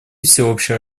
всеобщее